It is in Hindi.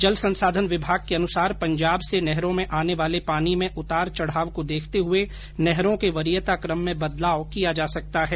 जल संसाधन विभाग के अनुसार पंजाब से नहरों में आने वाले पानी में उतार चढ़ाव को देखते हुए नहरों के वरीयताक्रम में बदलाव किया जा सकता है